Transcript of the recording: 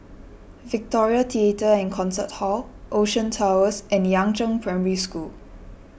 Victoria theatre and Concert Hall Ocean Towers and Yangzheng Primary School